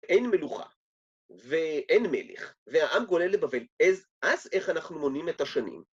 אין מלוכה, ואין מלך, והעם גולה לבבל. אז איך אנחנו מונים את השנים?